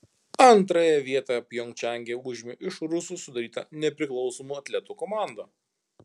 antrąją vietą pjongčange užėmė iš rusų sudaryta nepriklausomų atletų komanda